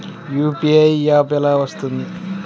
UPI app ఎలా వస్తుంది?